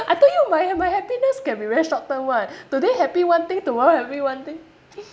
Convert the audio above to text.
I told you my my happiness can be very short term [one] today happy one thing tomorrow happy one thing